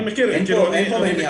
אין פה מניעה.